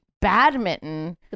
Badminton